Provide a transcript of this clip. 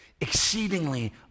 exceedingly